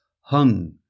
hung